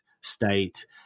state